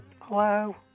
Hello